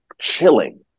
chilling